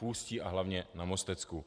V Ústí a hlavně na Mostecku.